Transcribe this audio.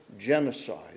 genocide